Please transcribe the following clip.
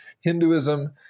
Hinduism